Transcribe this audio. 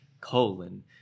Colon